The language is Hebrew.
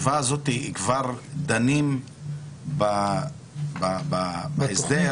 באופן ספציפי החלק הזה מתייחס לתקנות החברות (בקשה לפשרה או להסדר).